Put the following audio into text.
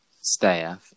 staff